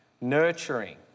nurturing